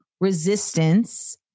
resistance